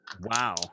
Wow